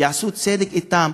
יעשו צדק אתם,